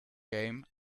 game